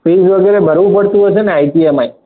fees વગેર ભરવું પડતું હશે ને આઈટીઆઈમાં ય